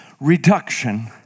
reduction